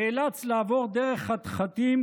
נאלץ לעבור דרך חתחתים,